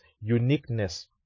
uniqueness